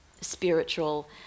spiritual